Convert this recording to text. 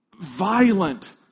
violent